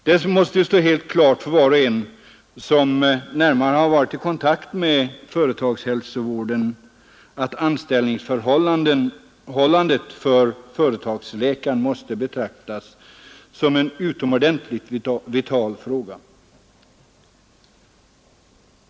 Det måste stå helt klart för var och en som närmare har varit i kontakt med företagshälsovården att anställningsförhållandet för företagsläkaren måste betraktas som en utomordentligt vital fråga.